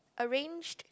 arranged